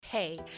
Hey